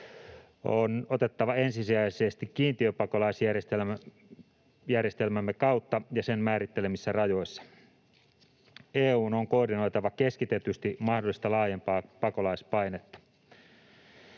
on otettava ensisijaisesti kiintiöpakolaisjärjestelmämme kautta ja sen määrittelemissä rajoissa. EU:n on koordinoitava keskitetysti mahdollista laajempaa pakolaispainetta.